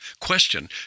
Question